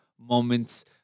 moments